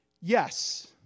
yes